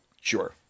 Sure